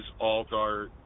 Alt-Art